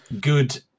Good